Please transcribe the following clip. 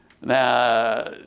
Now